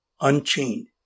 unchained